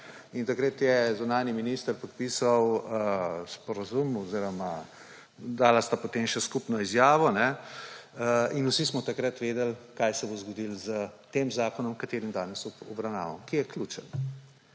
In takrat je zunanji minister podpisal sporazum oziroma dala sta potem še skupno izjavo. In vsi smo takrat vedeli, kaj se bo zgodilo s tem zakonom, katerega danes obravnavamo, ki je ključen.